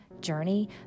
journey